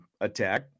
attack